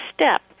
step